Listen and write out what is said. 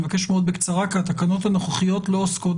אני מבקש מאוד בקצרה כי התקנות הנוכחיות לא עוסקות